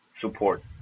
support